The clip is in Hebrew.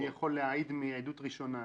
אני יכול להעיד מעדות ראשונה.